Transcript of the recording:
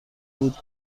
بود